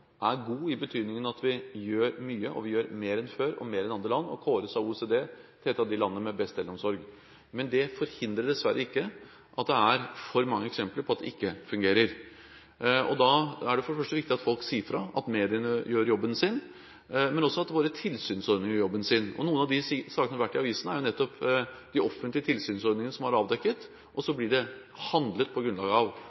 god – i betydningen at vi gjør mye og mer enn før og mer enn andre land og kåres av OECD som et av de landene med best eldreomsorg – men at det dessverre ikke forhindrer at det er for mange eksempler på at det ikke fungerer. Da er det for det første viktig at folk sier fra, at mediene gjør jobben sin, og at våre tilsynsorganer gjør jobben sin. Noen av de sakene som har vært i avisene, gjelder nettopp det de offentlige tilsynsorganene har avdekket.